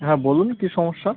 হ্যাঁ বলুন কী সমস্যা